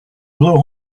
blow